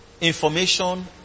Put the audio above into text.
information